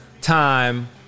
time